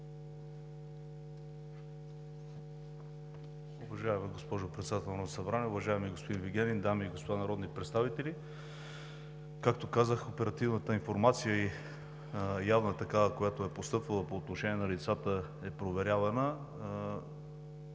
Уважаема госпожо Председател, уважаеми господин Вигенин, дами и господа народни представители! Както казах, оперативната информация, и явна такава, която е постъпвала по отношение на лицата, е проверявана.